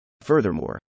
Furthermore